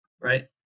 right